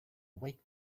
wake